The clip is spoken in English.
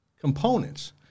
components